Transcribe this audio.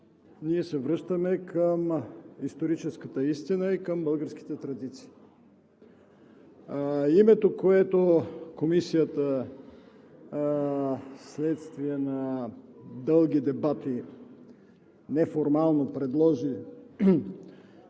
ние се връщаме към историческата истина и към българските традиции. Името, което Комисията, следствие на дълги дебати неформално предложи